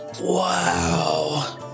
Wow